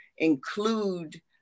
include